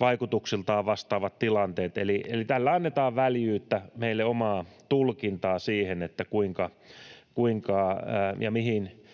vaikutuksiltaan vastaavat tilanteet. Eli tällä annetaan väljyyttä meille omaan tulkintaan, kuinka ja mihin